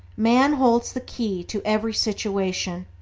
man holds the key to every situation,